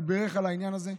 ובירך את העניין הזה.